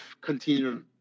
continue